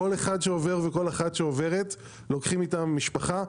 כל אחד שעובר, וכל אחת שעוברת, לוקחים איתם משפחה.